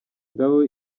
ngabo